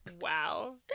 Wow